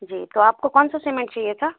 जी तो आपको कौन सा सीमेंट चाहिए था